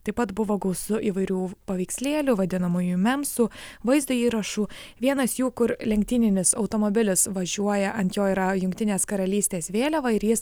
taip pat buvo gausu įvairių paveikslėlių vadinamųjų memsų vaizdo įrašų vienas jų kur lenktyninis automobilis važiuoja ant jo yra jungtinės karalystės vėliava ir jis